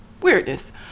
weirdness